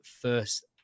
first